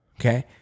okay